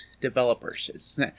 developers